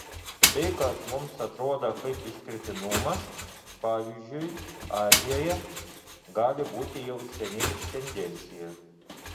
tai kas mums atrodo kaip išskirtinumas pavyzdžiui azijoje gali būti jau įsisenėjusi tendencija